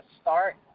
start